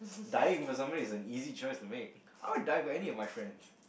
dying for somebody is an easy choice to make I'd die for any of my friends